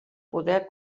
poder